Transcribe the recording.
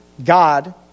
God